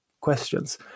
questions